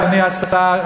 אדוני השר,